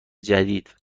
جدید